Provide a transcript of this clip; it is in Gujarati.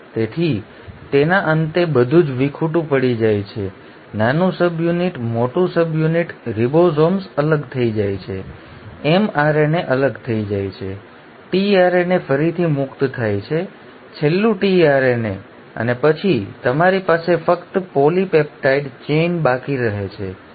તેથી તેના અંતે બધું જ વિખૂટું પડી જાય છે નાનું સબયુનિટ મોટું સબયુનિટ રિબોસોમ્સ અલગ થઈ જાય છે mRNA અલગ થઈ જાય છે tRNA ફરીથી મુક્ત થાય છે છેલ્લું tRNA અને પછી તમારી પાસે ફક્ત પોલિપેપ્ટાઇડ ચેઇન બાકી રહે છે